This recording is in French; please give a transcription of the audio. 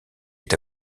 est